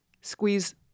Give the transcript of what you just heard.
squeeze